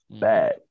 bad